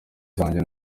zanjye